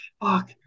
fuck